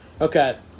Okay